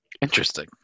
Interesting